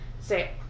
say